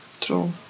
True